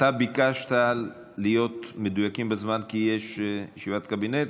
היות שאתה ביקשת להיות מדויקים בזמן כי יש ישיבת קבינט,